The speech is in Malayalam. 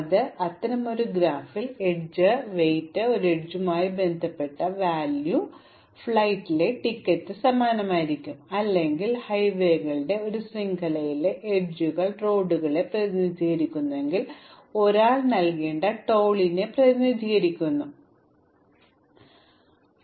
അതിനാൽ അത്തരമൊരു ഗ്രാഫിൽ എഡ്ജ് ഭാരം ഒരു എഡ്ജുമായി ബന്ധപ്പെട്ട ചെലവ് ഫ്ലൈറ്റിലെ ടിക്കറ്റ് സമ്മാനമായിരിക്കാം അല്ലെങ്കിൽ ഹൈവേകളുടെ ഒരു ശൃംഖലയിലെ അരികുകൾ റോഡുകളെ പ്രതിനിധീകരിക്കുന്നുവെങ്കിൽ ഒരാൾ നൽകേണ്ട ടോളിനെ പ്രതിനിധീകരിക്കുന്ന ഒരു ചിലവ് ഞങ്ങൾക്ക് ഉണ്ടായിരിക്കാം റോഡിന്റെ ഒരു പ്രത്യേക വിഭാഗത്തിൽ